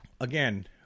again